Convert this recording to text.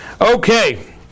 Okay